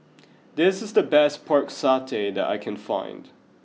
this is the best Pork Satay that I can find